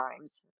times